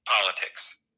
politics